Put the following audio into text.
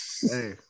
Hey